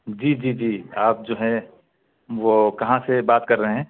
جی جی جی آپ جو ہے وہ کہاں سے بات کر رہے ہیں